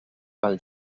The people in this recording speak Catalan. pel